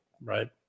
right